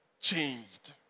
changed